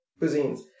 cuisines